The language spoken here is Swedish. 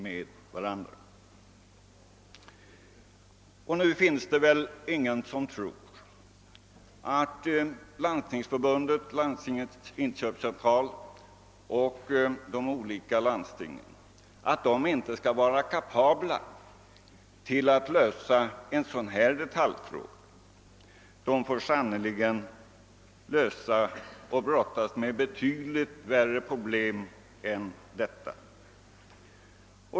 Men det är väl ingen som tror att man inte på Landstingens inköpscentral eller i de olika landstingen skulle vara kapabel att lösa en sådan detaljfråga. Där får man sannerligen brottas med betydligt värre problem än så.